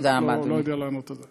אני לא יודע לענות על זה.